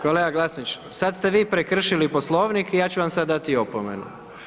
kolega Glasnović, sad ste vi prekršili Poslovnik i ja ću vam sada dati opomenu/